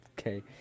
Okay